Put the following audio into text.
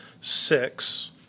six